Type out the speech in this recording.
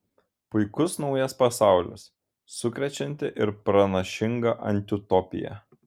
puikus naujas pasaulis sukrečianti ir pranašinga antiutopija